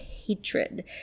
hatred